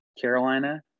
Carolina